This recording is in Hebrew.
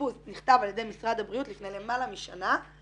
האשפוז נכתב על ידי משרד הבריאות לפני למעלה משנה ועדיין